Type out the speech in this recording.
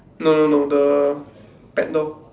no no no the pet dog